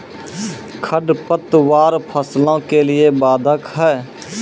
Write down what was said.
खडपतवार फसलों के लिए बाधक हैं?